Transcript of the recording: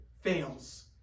fails